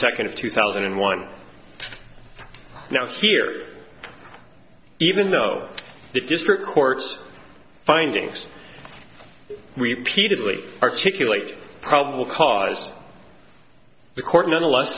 second of two thousand and one now here even though the district court's findings we really articulate probable cause the court nonetheless